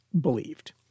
believed